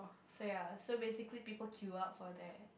so ya so basically people queue up for that